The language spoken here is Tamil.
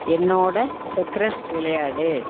என்னோடு செக்ரஸ் விளையாடு